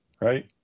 right